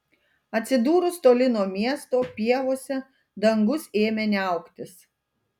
atsidūrus toli nuo miesto pievose dangus ėmė niauktis